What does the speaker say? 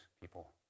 people